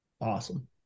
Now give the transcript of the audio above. Awesome